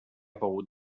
pogut